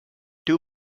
two